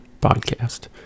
podcast